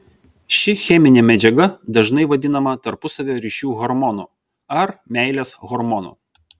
ši cheminė medžiaga dažnai vadinama tarpusavio ryšių hormonu ar meilės hormonu